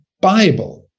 Bible